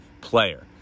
player